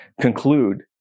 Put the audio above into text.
conclude